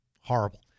Horrible